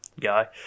guy